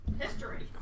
history